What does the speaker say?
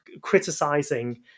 criticizing